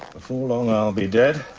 before long, i'll be dead.